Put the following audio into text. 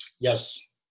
yes